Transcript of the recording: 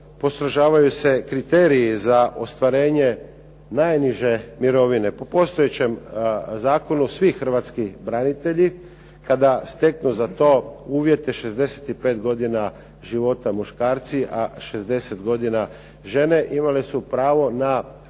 postrožavaju se kriteriji za ostvarenje najniže mirovine. Po postojećem zakonu svi Hrvatski branitelji kada steknu za to uvjete 65 godina života muškarci, a 60 godina žene imali su pravo na